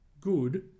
good